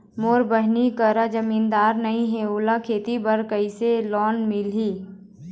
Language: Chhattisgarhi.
मोर बहिनी करा जमानतदार नई हे, ओला खेती बर लोन कइसे मिलही?